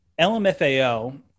LMFAO